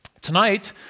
Tonight